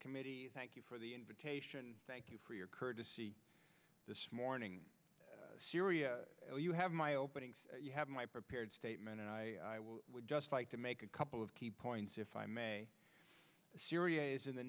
committee thank you for the invitation thank you for your courtesy this morning syria you have my opening you have my prepared statement and i would just like to make a couple of key points if i may syria is in the